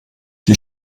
die